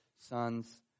sons